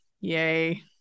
yay